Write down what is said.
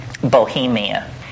Bohemia